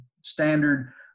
standard